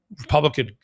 Republican